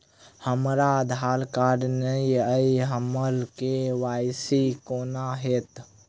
हमरा आधार कार्ड नै अई हम्मर के.वाई.सी कोना हैत?